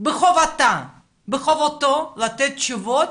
מחובתה ומחובתו לתת תשובות